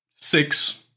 six